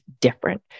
different